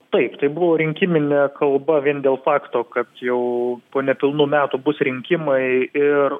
taip tai buvo rinkiminė kalba vien dėl fakto kad jau po nepilnų metų bus rinkimai ir